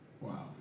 wow